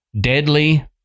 deadly